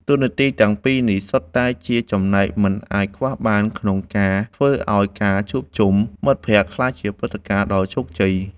តួនាទីទាំងពីរនេះសុទ្ធតែជាចំណែកមិនអាចខ្វះបានក្នុងការធ្វើឱ្យការជួបជុំមិត្តភក្តិក្លាយជាព្រឹត្តិការណ៍ដ៏ជោគជ័យ។